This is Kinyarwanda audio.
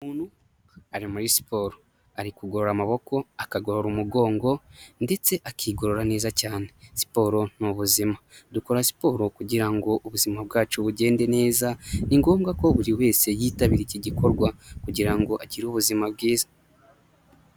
Umuntu uri muri siporo, ari kugorora amaboko, akagora umugongo, ndetse akigorora neza cyane, siporo ni nziza, dukora siporo kugira ngo ubuzima bwacu bugende neza, ni ngombwa ko buri wese yitabira iki gikorwa kugira ngo agire ubuzima bwiza.